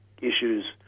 issues